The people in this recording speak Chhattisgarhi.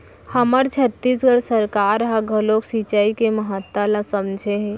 हमर छत्तीसगढ़ सरकार ह घलोक सिचई के महत्ता ल समझे हे